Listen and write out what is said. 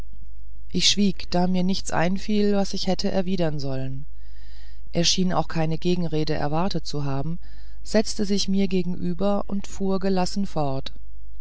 ich schwieg da mir nichts einfiel was ich ihm hätte erwidern sollen er schien auch keine gegenrede erwartet zu haben setzte sich mir gegenüber und fuhr gelassen fort